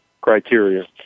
criteria